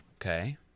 Okay